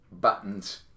buttons